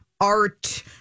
art